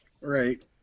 Right